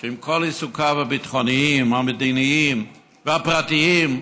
עם כל עיסוקיו הביטחוניים, המדיניים והפרטיים,